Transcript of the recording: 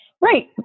Right